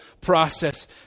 process